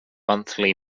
monthly